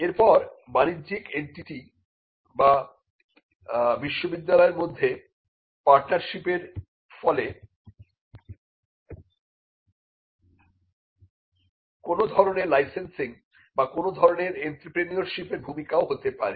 এরপর বাণিজ্যিক এন্টিটিe বা বিশ্ববিদ্যালয়ের মধ্যে পার্টনারশিপের ফলে কোন ধরনের লাইসেন্সিং বা কোন ধরনের এন্ত্রেপ্রেনিয়ার্শিপ ভূমিকা ও হতে পারে